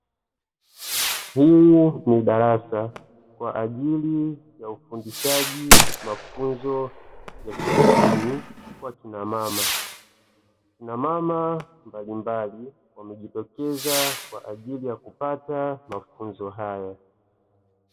Hili ni darasa kwa ajili ya ufundishaji mafunzo ya cherehani kwa kina mama. Wakina mama mbalimbali wamejitokeza kwa ajili ya kupata mafunzo haya.